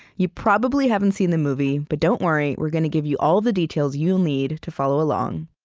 you probably haven't seen the movie, but don't worry, we're going to give you all the details you'll need to follow along